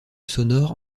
sonore